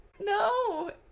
No